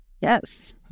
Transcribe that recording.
Yes